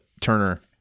Turner